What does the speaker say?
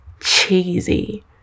cheesy